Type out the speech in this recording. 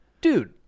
dude